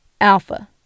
Alpha